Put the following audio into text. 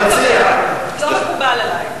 זה לא מקובל עלי.